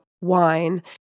wine